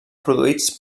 produïts